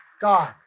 God